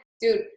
Dude